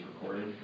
recorded